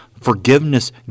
forgiveness